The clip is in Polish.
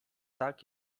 tak